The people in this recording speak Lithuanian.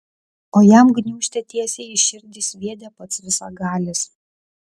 o jam gniūžtę tiesiai į širdį sviedė pats visagalis